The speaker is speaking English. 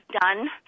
done